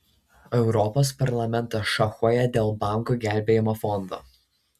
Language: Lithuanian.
europos parlamentas šachuoja dėl bankų gelbėjimo fondo